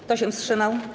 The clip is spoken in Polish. Kto się wstrzymał?